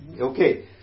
Okay